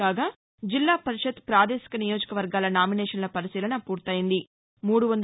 కాగా జిల్లాపరిషత్ ప్రాదేశిక నియోజకవర్గాల నామినేషన్ల పరిశీలన పూర్తెంది